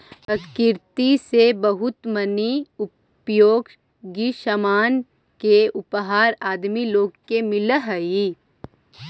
प्रकृति से बहुत मनी उपयोगी सामान के उपहार आदमी लोग के मिलऽ हई